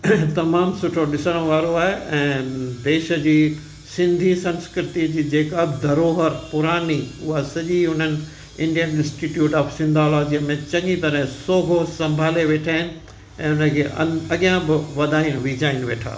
तमामु सुठो ॾिसणु वारो आहे ऐं देश जी सिंधी संस्कृति जी जेका धरोहर पुराणी उहा सॼी उन्हनि इंडियन इंस्टीटियूट ऑफ़ सिंधोलॉजीअ में चङी तरह सोघो संभाले वेठा आहिनि ऐं उन खे अग अॻियां बि वधाइनि विझाइनि वेठा